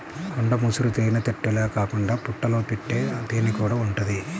కొండ ముసురు తేనెతుట్టెలే కాకుండా పుట్టల్లో పెట్టే తేనెకూడా ఉంటది